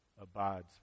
abides